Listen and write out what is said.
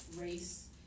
race